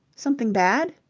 something bad?